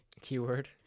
keyword